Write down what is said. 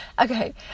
okay